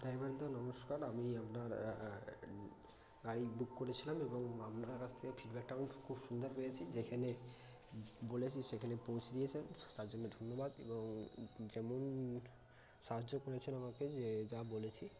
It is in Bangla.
ড্রাইভারদা নমস্কার আমি আপনার গাড়ি বুক করেছিলাম এবং আপনার কাছ থেকে ফিডব্যাকটা আমি খুব সুন্দর পেয়েছি যেখানে বলেছি সেখানে পৌঁছে দিয়েছে তার জন্য ধন্যবাদ এবং যেমন সাহায্য করেছেন আমাকে যে যা বলেছি